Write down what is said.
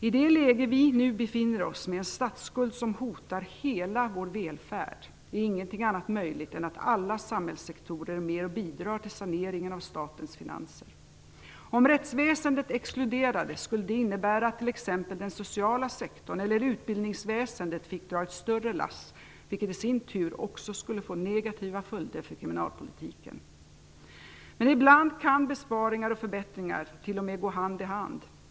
I det läge som vi nu befinner oss i, med en statsskuld som hotar hela vår välfärd, är ingenting annat möjligt än att alla samhällssektorer är med och bidrar till saneringen av statens finanser. Om rättsväsendet exkluderades skulle det innebära att t.ex. den sociala sektorn eller utbildningsväsendet fick dra ett större lass, vilket i sin tur också skulle få negativa följder för kriminalpolitiken. Men ibland kan besparingar och förbättringar t.o.m. gå hand i hand.